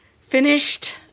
finished